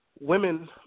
women